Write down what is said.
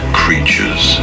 creatures